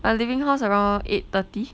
I'm leaving house around eight thirty